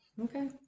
Okay